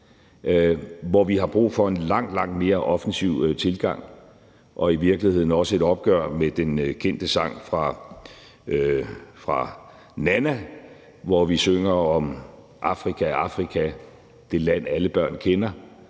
hvor vi har brug for en langt, langt mere offensiv tilgang og i virkeligheden også et opgør med den kendte sang af Nanna, hvor vi synger om Afrika, Afrika, det land, som alle børn kender,